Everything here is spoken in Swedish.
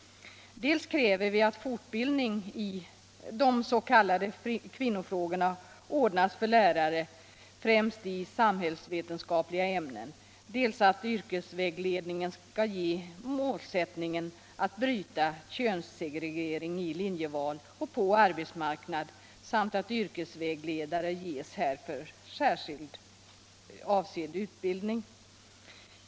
Dessutom kräver vi att fortbildning i s.k. kvinnofrågor ordnas för lärare främst i samhällsvetenskapliga ämnen, att yrkesvägledningen får målsättningen att bryta könssegregering i linjeval och på arbetsmarknad samt att yrkesvägledare ges en härför avsedd utbildning.